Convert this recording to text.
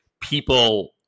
people